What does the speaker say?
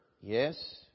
Yes